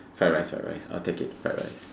fried rice ah rice I'll take it fried rice